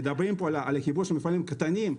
מדברים פה על החיבור של מפעלים קטנים.